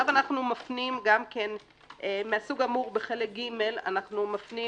מהסוג האמור בחלק ג' אנחנו מפנים